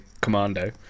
commando